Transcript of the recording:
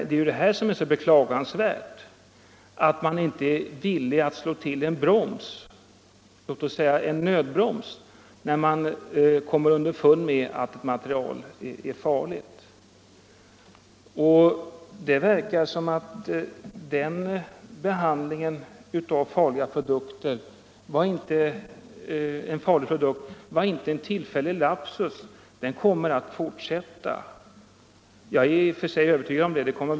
Det är beklagansvärt att man inte är villig att slå till en broms — låt oss säga en nödbroms - när man kommer underfund med att material är farliga. Det verkar som om den behandlingen av en farlig produkt inte var en tillfällig lapsus. Den kommer att fortsätta. Det är jag i och för sig övertygad om.